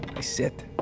sit